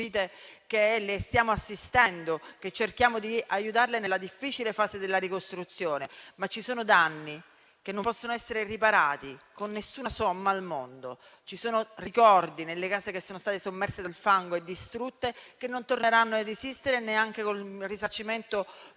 le stiamo assistendo, che cerchiamo di aiutarle nella difficile fase della ricostruzione, ma ci sono danni che non possono essere riparati, con nessuna somma al mondo. Ci sono ricordi, nelle case che sono state sommerse dal fango e distrutte, che non torneranno ad esistere neanche con il risarcimento più